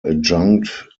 adjunct